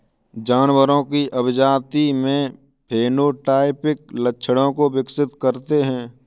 जानवरों की अभिजाती में फेनोटाइपिक लक्षणों को विकसित करते हैं